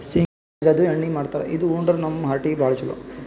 ಶೇಂಗಾ ಬಿಜಾದು ಎಣ್ಣಿ ಮಾಡ್ತಾರ್ ಇದು ಉಂಡ್ರ ನಮ್ ಹಾರ್ಟಿಗ್ ಭಾಳ್ ಛಲೋ